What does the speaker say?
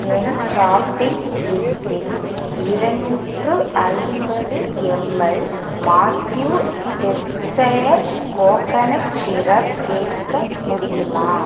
என் shopping லிஸ்டில் இருநூற்று ஐம்பது ml Matthew desire coconut syrup சேர்க்க முடியுமா